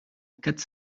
quatre